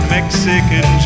Mexican